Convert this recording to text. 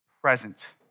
Present